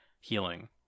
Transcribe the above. healing